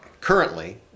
Currently